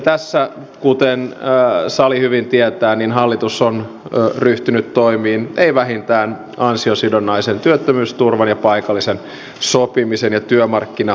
tässä kuten sali hyvin tietää hallitus on ryhtynyt toimiin ei vähiten ansiosidonnaisen työttömyysturvan ja paikallisen sopimisen ja työmarkkinauudistusten kautta